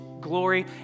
glory